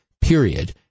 period